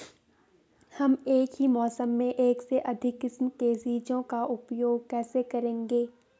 हम एक ही मौसम में एक से अधिक किस्म के बीजों का उपयोग कैसे करेंगे?